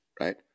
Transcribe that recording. right